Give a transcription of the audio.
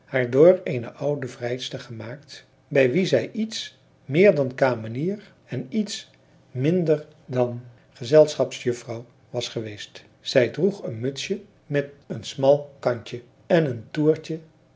door eene oude vrijster gemaakt bij wie zij iets meer dan kamenier en iets minder dan gezelschapsjuffrouw was geweest zij droeg een mutsje met een smal kantje en een toertje